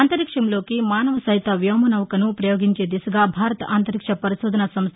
అంతరిక్షంలోకి మానవ సహిత వ్యోమనౌకను పయోగించే దిశగా భారత్ అంతరిక్ష పరిశోధనా సంస్థ